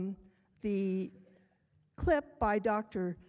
the clip by dr.